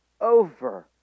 Over